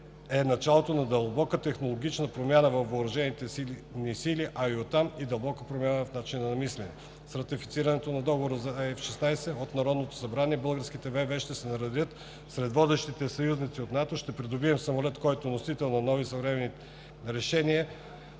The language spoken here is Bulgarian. е началото на дълбока технологична промяна във въоръжените ни сили, а от там и дълбока промяна в мисленето. С ратифицирането на договорите за F-16 от Народното събрание българските ВВС ще се наредят сред водещите съюзници от НАТО, ще придобият самолет, който е носител на нови съвременни решения,